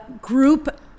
group